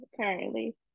currently